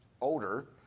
older